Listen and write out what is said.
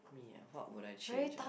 me ah what would I change ah